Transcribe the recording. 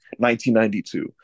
1992 –